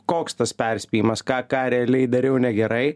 koks tas perspėjimas ką ką realiai dariau negerai